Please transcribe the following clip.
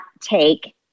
take